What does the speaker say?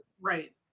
right